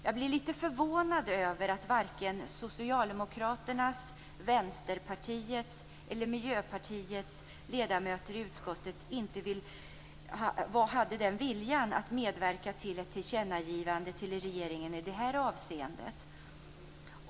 Jag blir lite förvånad över att varken Socialdemokraternas, Vänsterpartiets eller Miljöpartiets ledamöter i utskottet hade viljan att medverka till ett tillkännagivande till regeringen i det här avseendet.